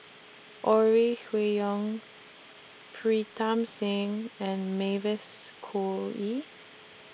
Ore Huiying Pritam Singh and Mavis Khoo Oei